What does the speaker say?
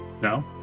No